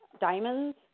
diamonds